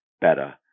better